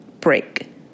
break